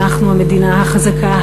אנחנו המדינה החזקה,